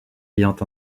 ayant